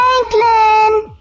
Franklin